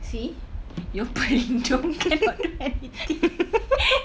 see your pelindung cannot do anything